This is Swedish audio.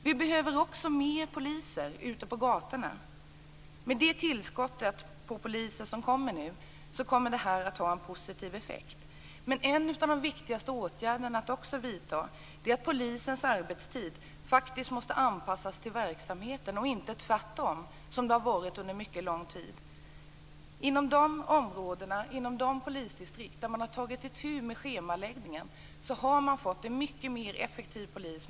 Vi behöver också fler poliser ute på gatorna. Det tillskott av poliser som nu kommer, kommer att ha en positiv effekt. Men en av de viktigaste åtgärder som också bör vidtas är att polisens arbetstid faktiskt måste anpassas till verksamheten och inte tvärtom som har varit fallet under mycket lång tid. I de områden, de polisdistrikt, där man har tagit itu med schemaläggningen, har man fått en mycket mer effektiv polis.